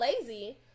lazy